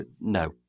no